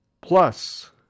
Plus